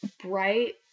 bright